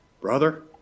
brother